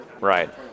Right